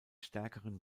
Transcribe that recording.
stärkeren